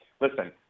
Listen